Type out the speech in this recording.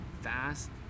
fast